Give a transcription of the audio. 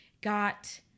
got